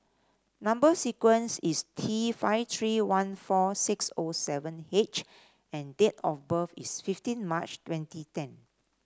number sequence is T five three one four six O seven H and date of birth is fifteen March twenty ten